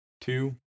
Two